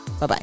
Bye-bye